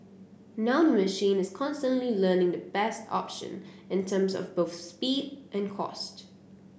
now the machine is constantly learning the best option in terms of both speed and cost